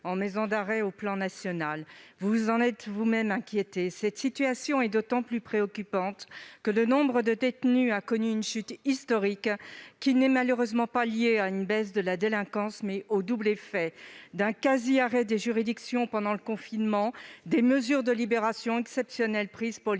les maisons d'arrêt sur le plan national. Vous vous en êtes vous-même inquiété. Cette situation est d'autant plus préoccupante que le nombre de détenus a connu une chute historique, qui n'est malheureusement pas liée à une baisse de la délinquance, mais au double effet du quasi-arrêt des juridictions pendant le confinement et des mesures de libération exceptionnelles prises pour